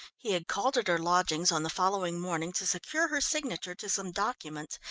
he had called at her lodgings on the following morning to secure her signature to some documents,